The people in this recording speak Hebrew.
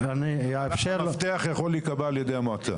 אנשי מפתח יכולים להיקבע על ידי המועצה.